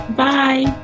bye